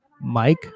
Mike